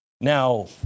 Now